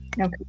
Okay